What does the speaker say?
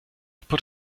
put